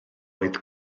oedd